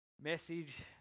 message